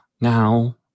now